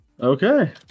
Okay